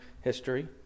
history